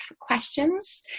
questions